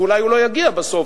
ואולי הוא לא יגיע בסוף.